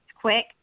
quick